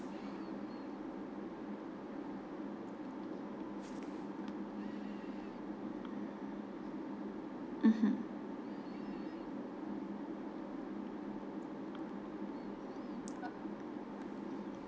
mmhmm